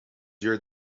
your